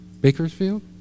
Bakersfield